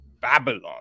babylon